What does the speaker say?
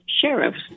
sheriffs